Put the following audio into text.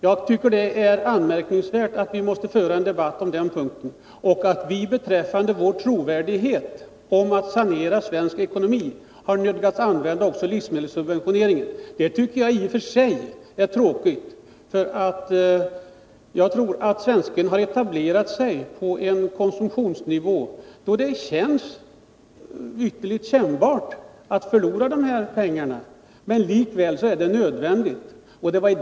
Jag tycker det är anmärkningsvärt att vi måste föra en debatt på den punkten och att vi beträffande vår trovärdighet när det gäller att sanera den svenska ekonomin har nödgats använda också livsmedelssubventioneringen. Det tycker jag i och för sig är tråkigt. Jag tror att svensken har etablerat sig på en konsumtionsnivå, där det är ytterligt kännbart att förlora de här pengarna. Men likväl är det nödvändigt.